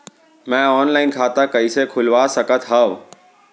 मैं ऑनलाइन खाता कइसे खुलवा सकत हव?